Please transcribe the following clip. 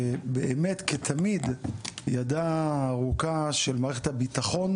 שבאמת כתמיד ידה הארוכה של מערכת הביטחון